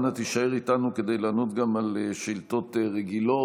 אנא תישאר איתנו כדי לענות גם על שאילתות רגילות.